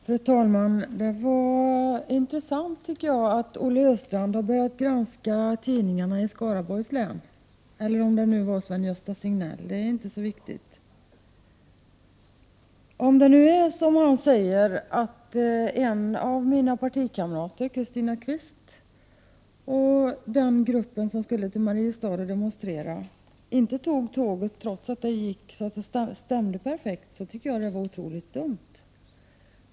Fru talman! Det var intressant att Olle Östrand har börjat granska tidningarna i Skaraborgs län — eller om det nu var Sven-Gösta Signell, det är inte så viktigt. Om det nu är som han säger, att en av mina partikamrater, Christina Kvist, och den grupp som skulle till Mariestad och demonstrera, inte tog tåget, trots att det gick så att det stämde perfekt, tycker jag att det var otroligt dumt.